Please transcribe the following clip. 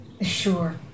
Sure